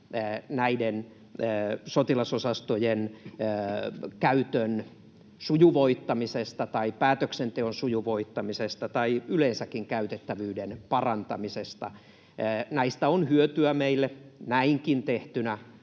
näiden soti-lasosastojen käytön sujuvoittamisesta tai päätöksenteon sujuvoittamisesta tai yleensäkin käytettävyyden parantamisesta? Näistä on hyötyä meille näinkin tehtynä,